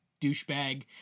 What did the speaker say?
douchebag